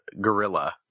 gorilla